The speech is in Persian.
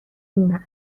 این